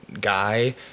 guy